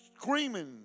screaming